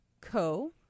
Co